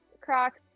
Crocs